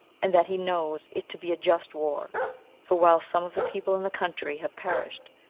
and that he knows it to be a just war for while some of the people in the country have perished,